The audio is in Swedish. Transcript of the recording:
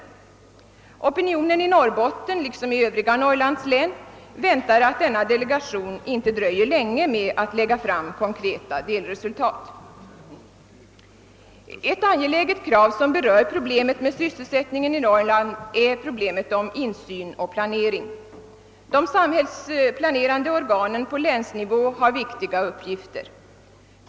Opinionen i Norrbotten liksom i övriga norrlands län väntar att denna delegation inte dröjer länge med att lägga fram konkreta delresultat. Ett angeläget krav som berör problemet med sysselsättningen i Norrland är frågan om insyn och planering. De samhällsplanerande organen på länsnivå har viktiga uppgifter.